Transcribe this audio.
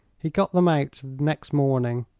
he got them out next morning,